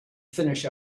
finish